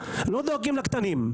לא דואגים לקטנים.